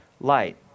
light